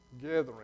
gathering